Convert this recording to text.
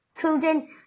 children